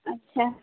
ଆଚ୍ଛା